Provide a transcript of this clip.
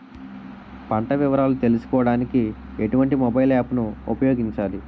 పంట వివరాలు తెలుసుకోడానికి ఎటువంటి మొబైల్ యాప్ ను ఉపయోగించాలి?